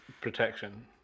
protection